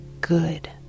good